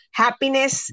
happiness